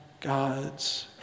God's